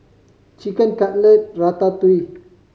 Chicken Cutlet Ratatouille